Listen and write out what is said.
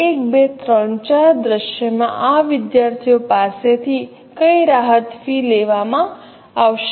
તેથી 1 2 3 4 દૃશ્યમાં આ વિદ્યાર્થીઓ પાસેથી કઈ રાહત ફી લેવામાં આવશે